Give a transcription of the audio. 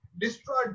destroyed